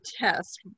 test